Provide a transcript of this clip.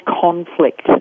conflict